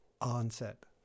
onset